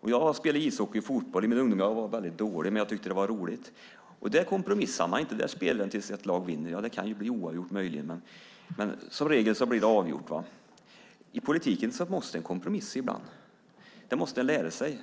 Jag har spelat ishockey och fotboll i min ungdom. Jag var väldigt dålig, men jag tyckte att det var roligt. Där kompromissar man inte, utan där spelar man tills ett lag vinner, fast det möjligen kan bli oavgjort, men som regel blir det avgjort. I politiken måste man kompromissa ibland. Det måste man lära sig.